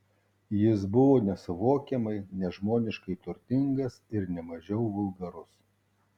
jis buvo nesuvokiamai nežmoniškai turtingas ir ne mažiau vulgarus